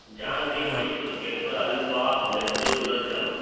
jangiri Mysore cake halwa laddu gulab jamun